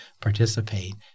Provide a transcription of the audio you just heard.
participate